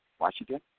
Washington